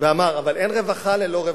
ואמר "אבל אין רווחה ללא רווחים".